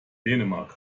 dänemark